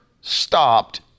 stopped